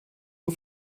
nur